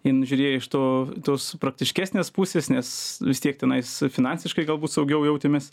jin žiūrėjo iš to tos praktiškesnės pusės nes vistiek tenais finansiškai galbūt saugiau jautėmės